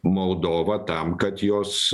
moldova tam kad jos